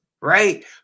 right